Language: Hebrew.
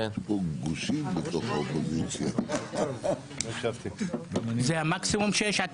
גפני, לפני שאני עובר להקראה, אתה רוצה משהו?